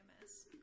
mess